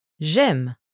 J'aime